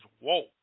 whoa